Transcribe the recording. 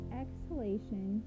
exhalation